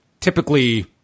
typically